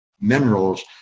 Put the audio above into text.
minerals